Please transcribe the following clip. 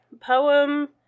poem